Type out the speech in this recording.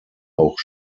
auch